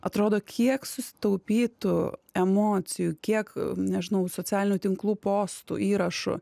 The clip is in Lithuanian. atrodo kiek susitaupytų emocijų kiek nežinau socialinių tinklų postų įrašu